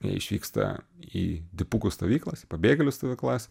jie išvyksta į dipukų stovyklas pabėgėlių stovyklas